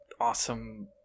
awesome